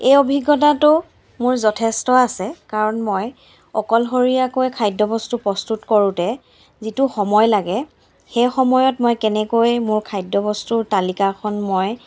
এই অভিজ্ঞতাটো মোৰ যথেষ্ট আছে কাৰণ মই অকলশৰীয়াকৈ খাদ্যবস্তু প্ৰস্তুত কৰোঁতে যিটো সময় লাগে সেই সময়ত মই কেনেকৈ মোৰ খাদ্য বস্তুৰ তালিকাখন মই